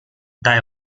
tai